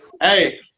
Hey